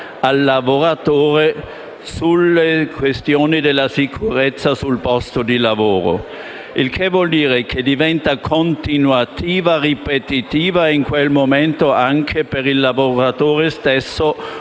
al lavoratore sulle questioni della sicurezza sul posto di lavoro. Ciò vuole dire che diventa continuativa, ripetitiva in quel momento, anche per il lavoratore stesso: